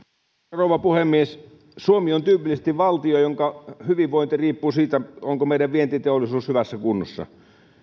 rouva puhemies suomi on tyypillisesti valtio jonka hyvinvointi riippuu siitä onko meidän vientiteollisuutemme hyvässä kunnossa